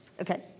Okay